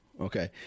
Okay